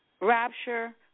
rapture